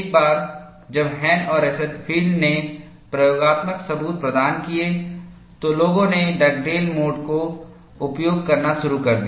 एक बार जब हैन और रोसेनफील्ड ने प्रयोगात्मक सबूत प्रदान किए तो लोगों ने डगडेल मोड का उपयोग करना शुरू कर दिया